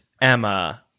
Emma